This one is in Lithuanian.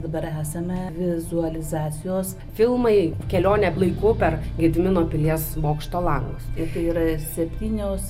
dabar esame vizualizacijos filmai kelionė laiku per gedimino pilies bokšto langus ir tai yra septynios